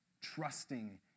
Trusting